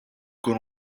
con